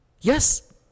yes